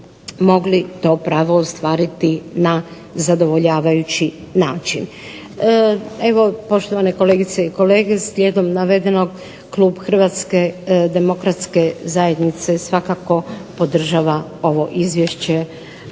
mogli to pravo ostvariti na zadovoljavajući način. Evo poštovane kolegice i kolege zastupnici slijedom navedenog klub HDZ-a svakako podržava ovo izvješće